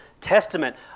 Testament